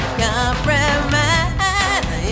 compromise